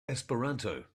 esperanto